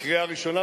קריאה ראשונה,